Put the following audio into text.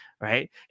right